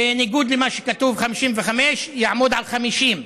בניגוד למה שכתוב, 55, יעמוד על 50,